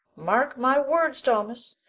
mark my words, thomas,